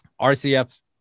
RCF's